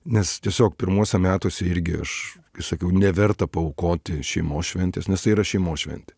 nes tiesiog pirmuose metuose irgi aš kai sakiau neverta paaukoti šeimos šventės nes tai yra šeimos šventė